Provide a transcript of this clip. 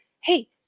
hey